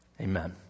amen